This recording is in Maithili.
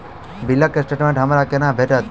बिलक स्टेटमेंट हमरा केना भेटत?